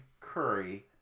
curry